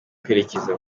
kwerekeza